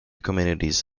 communities